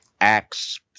Acts